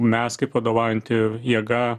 mes kaip vadovaujanti jėga